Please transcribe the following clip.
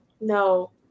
no